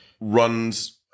runs